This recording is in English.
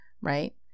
right